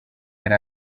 yari